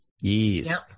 Yes